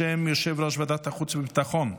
בשם יושב-ראש ועדת החוץ והביטחון,